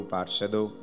Parshadu